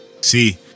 see